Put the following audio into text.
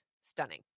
stunning